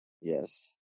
Yes